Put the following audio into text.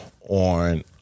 On